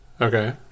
Okay